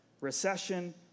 recession